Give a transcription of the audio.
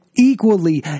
Equally